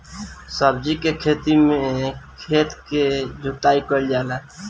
सब्जी के खेती में खेत के जोताई कईल जाला